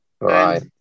Right